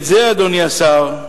את זה, אדוני השר,